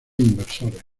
inversores